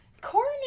Corn